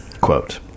quote